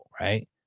right